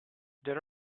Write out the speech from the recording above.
there